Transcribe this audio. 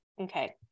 Okay